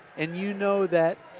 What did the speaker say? and you know that,